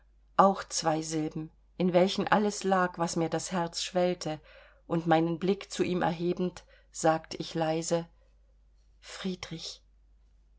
auch zwei silben in welchen alles lag was mir das herz schwellte und meinen blick zu ihm erhebend sagt ich leise friedrich